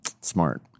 Smart